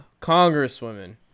congresswoman